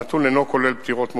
הנתון אינו כולל פטירות מאוחרות.